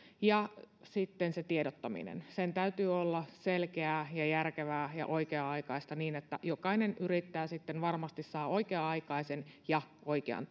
ja sitten se tiedottaminen sen täytyy olla selkeää ja järkevää ja oikea aikaista niin että jokainen yrittäjä sitten varmasti saa oikea aikaisen ja oikean